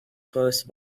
close